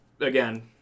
again